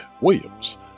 Williams